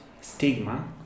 stigma